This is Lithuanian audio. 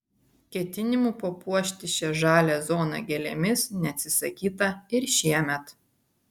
ketinimų papuošti šią žalią zoną gėlėmis neatsisakyta ir šiemet